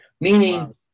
Meaning